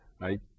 right